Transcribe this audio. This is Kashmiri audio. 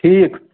ٹھیٖک